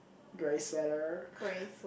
grey sweater